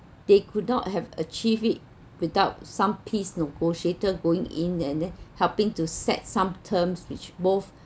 they could not have achieve it without some peace negotiator going in and then helping to set some terms which both